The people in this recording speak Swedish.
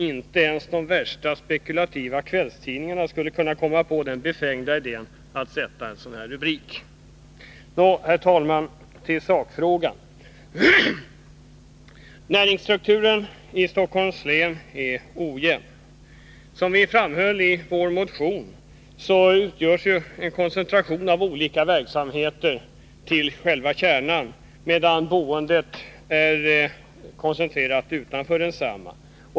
Inte ens de mest spekulativa kvällstidningarna skulle kunna komma på den befängda idén att sätta en sådan rubrik på vår motion. Nå, herr talman, till sakfrågan! Näringsstrukturen i Stockholms län är ojämn. Som vi framhöll i vår motion finns en koncentration av olika verksamheter till själva kärnan i regionen, medan boendet är utspritt utanför densamma.